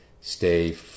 stay